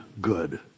good